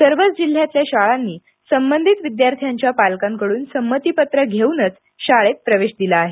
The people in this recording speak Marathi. सर्वच जिल्ह्यातल्या शाळांनी संबंधित विद्यार्थ्यांच्या पालकांकडून संमतीपत्र घेऊनच शाळेत प्रवेश दिला आहे